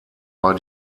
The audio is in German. war